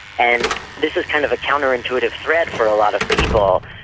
and this is kind of a counter-intuitive threat for a lot of people,